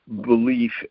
belief